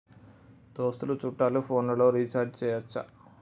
దోస్తులు చుట్టాలు ఫోన్లలో రీఛార్జి చేయచ్చా?